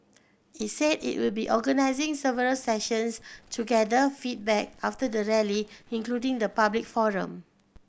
it said it will be organising several sessions to gather feedback after the Rally including a public